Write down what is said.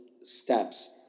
steps